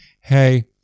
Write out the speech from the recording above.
hey